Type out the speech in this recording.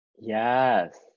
Yes